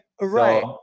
Right